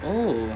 oh